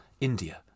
India